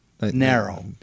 narrow